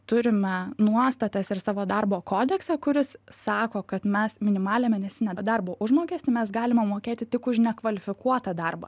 turime nuostatas ir savo darbo kodeksą kuris sako kad mes minimalią mėnesinę darbo užmokestį mes galime mokėti tik už nekvalifikuotą darbą